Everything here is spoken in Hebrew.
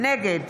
נגד